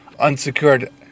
unsecured